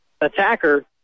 attacker